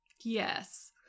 Yes